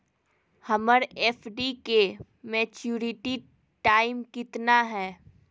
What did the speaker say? हमर एफ.डी के maturity time कितना है?